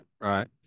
right